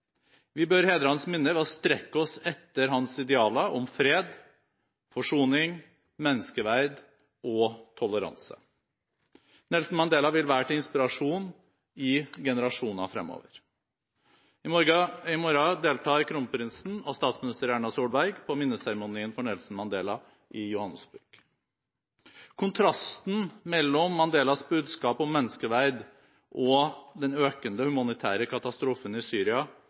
Vi bør hedre hans minne ved å strekke oss etter hans idealer om fred, forsoning, menneskeverd og toleranse. Nelson Mandela vil være til inspirasjon i generasjoner fremover. I morgen deltar H.K.H. Kronprinsen og statsminister Erna Solberg på minneseremonien for Nelson Mandela i Johannesburg. Kontrasten mellom Mandelas budskap om menneskeverd og den økende humanitære katastrofen i Syria